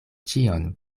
ĉion